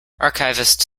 archivists